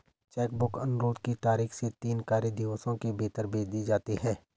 check book अनुरोध की तारीख से तीन कार्य दिवसों के भीतर भेज दी जाती है